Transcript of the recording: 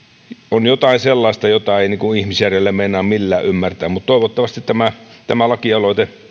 jotain sellaista mitä ei ihmisjärjellä meinaa millään ymmärtää toivottavasti tämä tämä lakialoite